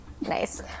nice